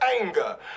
anger